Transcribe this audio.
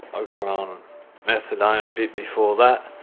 ah got on methadone a bit before that